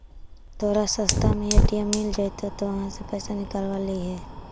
तोरा रास्ता में ए.टी.एम मिलऽ जतउ त उहाँ से पइसा निकलव लिहे